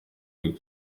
rwe